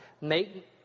make